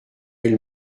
elle